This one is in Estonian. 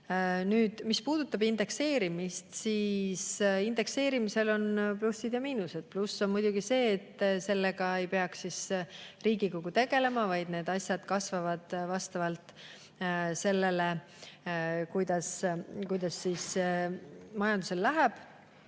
teinud. Mis puudutab indekseerimist, siis indekseerimisel on plussid ja miinused. Pluss on muidugi see, et sellega ei peaks Riigikogu tegelema, vaid need [toetused] kasvavad vastavalt sellele, kuidas majandusel läheb.